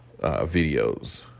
videos